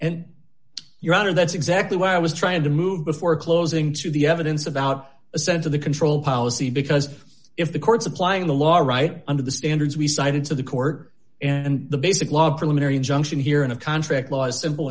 and your honor that's exactly what i was trying to move before closing to the evidence about a sense of the control policy because if the courts applying the law right under the standards we cited to the court and the basic law preliminary injunction here in of contract laws dimple